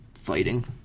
Fighting